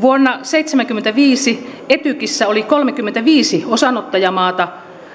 vuonna seitsemänkymmentäviisi etykissä oli kolmekymmentäviisi osanottajamaata